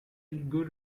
good